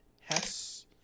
hess